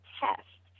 test